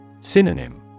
Synonym